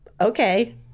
okay